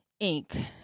Inc